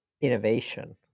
innovation